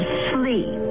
sleep